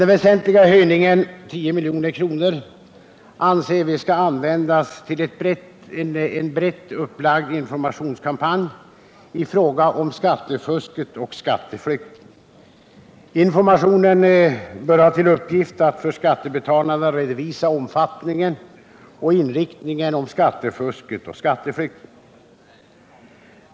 Den väsentliga höjningen — 10 milj.kr. - anser vi skall användas till en brett upplagd informationskampanj i fråga om skattefusket och skatteflykten. Informationen bör ha till uppgift att för skattebetalarna redovisa omfattningen och inriktningen av skattefusket och skatteflykten.